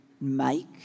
make